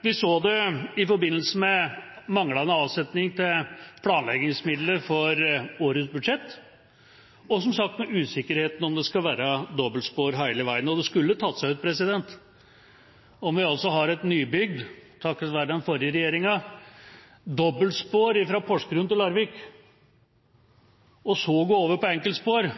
Vi så det i forbindelse med manglende avsetting av planleggingsmidler for årets budsjett, og – som sagt – med usikkerhet om det skulle være dobbeltspor hele veien. Det skulle tatt seg ut når vi har et nybygd – takket være den forrige regjeringa – dobbeltspor fra Porsgrunn til Larvik, å måtte gå over på enkeltspor